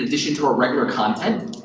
addition to her regular content,